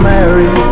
Mary